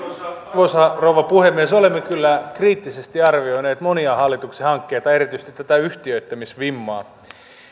arvoisa rouva puhemies olemme kyllä kriittisesti arvioineet monia hallituksen hankkeita ja erityisesti tätä yhtiöittämisvimmaa